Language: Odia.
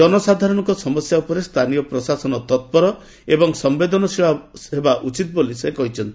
ଜନସାଧାରଣଙ୍କ ସମସ୍ୟା ଉପରେ ସ୍ଥାନୀୟ ପ୍ରଶାସନ ତତ୍ପର ଏବଂ ସମ୍ଭେଦନଶୀଳ ହେବା ଉଚିତ ବୋଲି ସେ କହିଛନ୍ତି